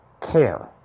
care